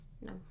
No